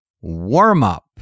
warm-up